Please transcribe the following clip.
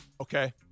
Okay